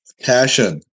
Passion